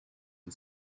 and